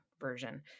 version